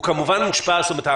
זאת אומרת,